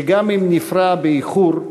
שגם אם נפרע באיחור,